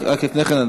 רק לפני כן,